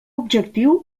objectiu